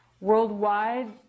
Worldwide